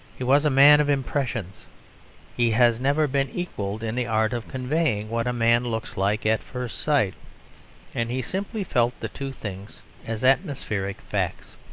he was a man of impressions he has never been equalled in the art of conveying what a man looks like at first sight and he simply felt the two things as atmospheric facts.